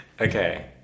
Okay